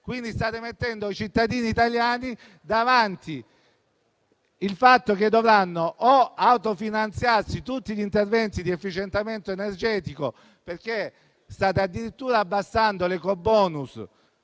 viste? State mettendo i cittadini italiani davanti al fatto che dovranno autofinanziarsi tutti gli interventi di efficientamento energetico, perché state addirittura abbassando l'ecobonus